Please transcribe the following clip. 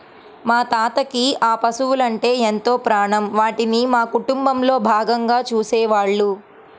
మా తాతకి ఆ పశువలంటే ఎంతో ప్రాణం, వాటిని మా కుటుంబంలో భాగంగా చూసేవాళ్ళు